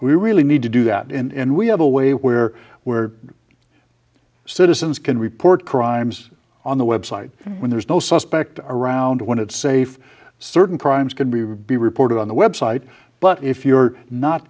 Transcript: we really need to do that and we have a way where we're citizens can report crimes on the web site when there's no suspect around when it's safe certain crimes can be reported on the web site but if you're not